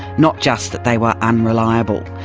not just that they were unreliable.